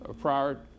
prior